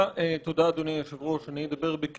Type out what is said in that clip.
אדוני רוצה, בבית המשפט יתקן אותו.